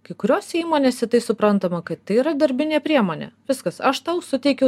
kai kuriose įmonėse tai suprantama kad tai yra darbinė priemonė viskas aš tau suteikiau